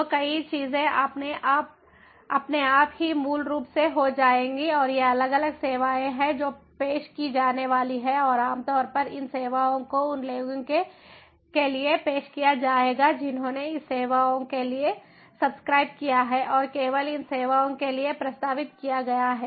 तो कई चीजें अपने आप ही मूल रूप से हो जाएंगी और ये अलग अलग सेवाएं हैं जो पेश की जाने वाली हैं और आम तौर पर इन सेवाओं को उन लोगों के लिए पेश किया जाएगा जिन्होंने इन सेवाओं के लिए सब्सक्राइब किया है और केवल इन सेवाओं के लिए प्रस्तावित किया गया है